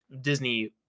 Disney